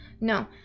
No